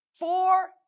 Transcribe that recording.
Four